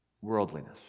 worldliness